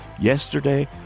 Yesterday